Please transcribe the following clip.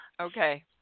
Okay